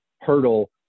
hurdle